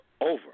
over